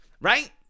Right